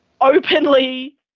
openly